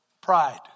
Pride